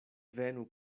venu